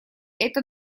это